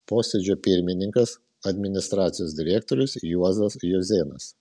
posėdžio pirmininkas administracijos direktorius juozas juozėnas